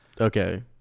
Okay